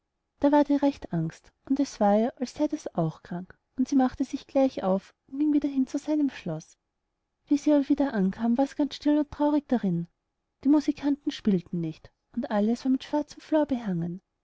da ward ihr recht angst und es war ihr als sey das auch krank und sie machte sich gleich auf und ging wieder hin zu seinem schloß wie sie aber wieder ankam wars ganz still und traurig darin die musikanten spielten nicht und alles war mit schwarzem flor behangen